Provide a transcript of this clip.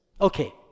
Okay